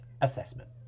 Assessment